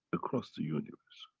across the universe,